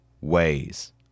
ways